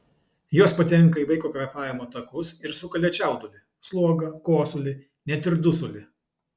jos patenka į vaiko kvėpavimo takus ir sukelia čiaudulį slogą kosulį net ir dusulį